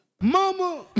mama